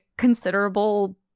Considerable